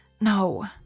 No